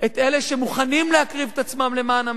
את אלה שמוכנים להקריב את עצמם למען המדינה,